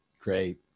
Great